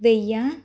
వెయ్యి